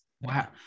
Wow